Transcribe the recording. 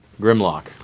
Grimlock